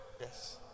Yes